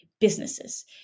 businesses